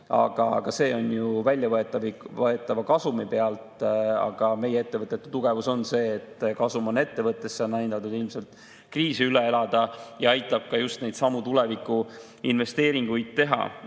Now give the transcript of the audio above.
aga see on ju väljavõetava kasumi pealt. Meie ettevõtete tugevus on see, et kasum on ettevõttes, see on aidanud kriisi üle elada ja aitab ka just neidsamu tulevikuinvesteeringuid teha.